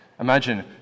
Imagine